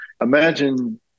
Imagine